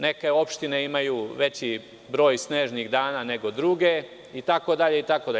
Neke opštine imaju veći broj snežnih dana nego druge, itd, itd.